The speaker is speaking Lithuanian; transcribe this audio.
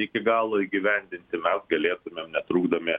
iki galo įgyvendinti mes galėtumėm netrukdomi